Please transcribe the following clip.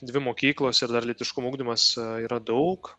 dvi mokyklos ir dar lytiškumo ugdymas yra daug